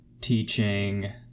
teaching